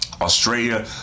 Australia